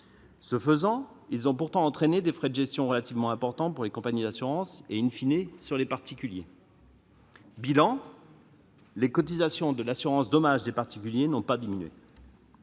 de résiliations, ayant pourtant entraîné des frais de gestion relativement importants pour les compagnies d'assurances et,, les particuliers. Résultat, les cotisations de l'assurance dommages des particuliers n'ont pas diminué